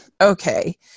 okay